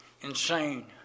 insane